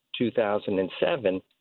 2007